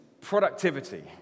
productivity